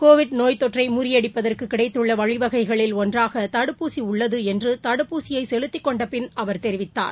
Covid நோய் தொற்றைமுறியடிப்பதற்குகிடைத்துள்ளவழிவகைகளில் ஒன்றாகதடுப்பூசிஉள்ளதுஎன்று தடுப்பூசியைசெலுத்திக் கொண்டபின் அவர் தெரிவித்தார்